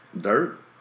Dirt